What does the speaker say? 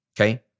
Okay